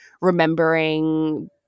remembering